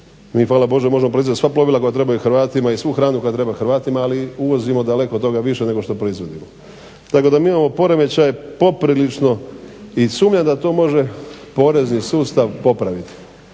Mi hvala Bogu možemo proizvesti sva plovila koja trebaju Hrvatima i svu hranu koja treba Hrvatima, ali uvozimo daleko toga više nego što proizvodimo. Tako da mi imamo poremećaj poprilično i sumnjam da to može porezni sustav popraviti.